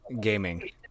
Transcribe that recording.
gaming